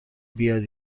بیاد